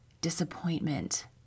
disappointment